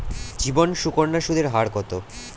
জীবন সুকন্যা সুদের হার কত?